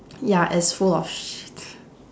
ya it's full of shit